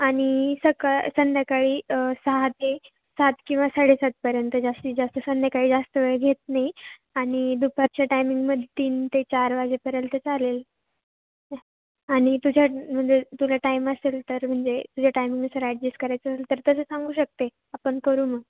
आणि सकाळ संध्याकाळी सहा ते सात किंवा साडेसातपर्यंत जास्तीत जास्त संध्याकाळी जास्त वेळ घेत नाही आणि दुपारच्या टायमिंगमध्ये तीन ते चार वाजेपर्यंत चालेल आणि तुझ्या म्हणजे तुला टाईम असेल तर म्हणजे तुझ्या टायमिंगनुसर ॲडजेस्ट करायचं असेल तर तसं सांगू शकते आपण करू मग